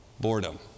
Boredom